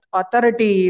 authority